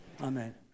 Amen